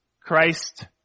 Christ